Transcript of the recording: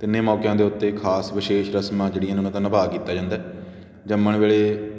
ਤਿੰਨੇ ਮੌਕਿਆਂ ਦੇ ਉੱਤੇ ਖਾਸ ਵਿਸ਼ੇਸ਼ ਰਸਮਾਂ ਜਿਹੜੀਆਂ ਨੇ ਉਹਨਾਂ ਦਾ ਨਿਭਾ ਕੀਤਾ ਜਾਂਦਾ ਜੰਮਣ ਵੇਲੇ